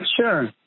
sure